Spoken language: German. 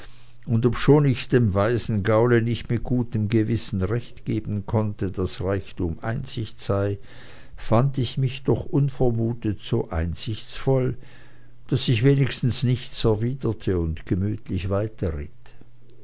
und obschon ich dem weisen gaule nicht mit gutem gewissen recht geben konnte daß reichtum einsicht sei fand ich mich doch unvermutet so einsichtsvoll daß ich wenigstens nichts erwiderte und gemütlich